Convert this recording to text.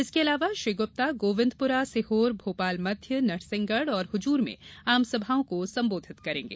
इसके अलावा श्री गुप्ता गोविन्दपुरा सीहोर भोपाल मध्य नरसिंहगढ़ और हुजूर में आमसभाओं को संबोधित करेंगे